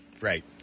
Right